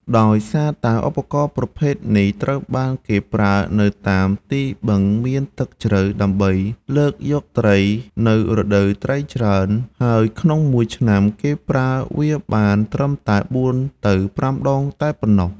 ដោយសារតែ ឧបករណ៍ប្រភេទនេះត្រូវបានគេប្រើនៅតាមទីបឹងមានទឹកជ្រៅ ដើម្បីលើកយកត្រី នៅរដូវត្រីច្រើន ហើយក្នុងមួយឆ្នាំគេប្រើវាបានត្រឺមតែ៤ ទៅ៥ដងតែប៉ុណ្ណោះ។